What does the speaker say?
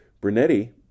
Brunetti